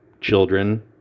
children